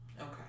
Okay